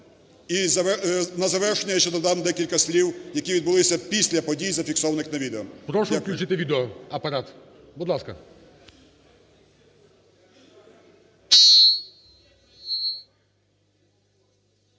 На завершення ще додам декілька слів, які відбулися після подій, зафіксованих на відео. ГОЛОВУЮЧИЙ. Прошу включити відео, Апарат, будь ласка.